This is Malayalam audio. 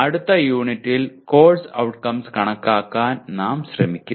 അടുത്ത യൂണിറ്റിൽ കോഴ്സ് ഔട്ട്കംസ് കണക്കാക്കാൻ നാം ശ്രമിക്കും